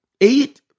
eight